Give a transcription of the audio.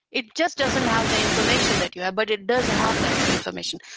it just doesn't have the information that you have, but it does have that information.